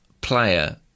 player